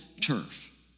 turf